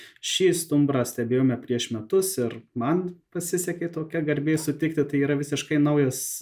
šį stumbras stebėjome prieš metus ir man pasisekė tokia garbė sutikti tai yra visiškai naujas